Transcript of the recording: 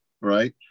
right